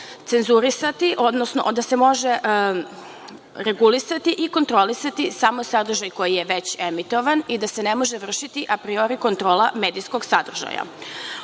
cenzurisati, odnosno da se može regulisati i kontrolisati samo sadržaj koji je već emitovan i da se ne može vršiti apriori kontrola medijskog sadržaja. Ovo